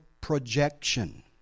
projection